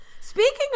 Speaking